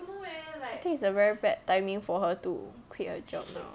I think it's a very bad timing for her to quit a job 的